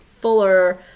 fuller